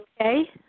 okay